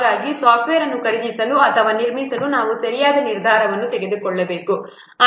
ಹಾಗಾಗಿ ಸಾಫ್ಟ್ವೇರ್ಸಾಫ್ಟ್ವೇರ್ ಅನ್ನು ಖರೀದಿಸಲು ಅಥವಾ ನಿರ್ಮಿಸಲು ನಾವು ಸರಿಯಾದ ನಿರ್ಧಾರವನ್ನು ತೆಗೆದುಕೊಳ್ಳಬಹುದು